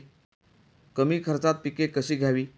कमी खर्चात पिके कशी घ्यावी?